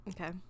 Okay